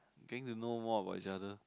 getting to know more about each other